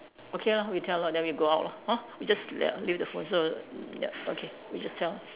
okay lah we tell her then we go out lor hor we just ya leave the phone so ya okay we just tell